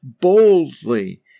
boldly